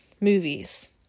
movies